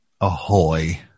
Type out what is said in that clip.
Ahoy